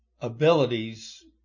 Abilities